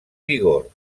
vigor